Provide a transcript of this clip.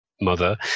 mother